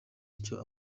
icyo